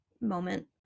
moment